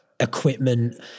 Equipment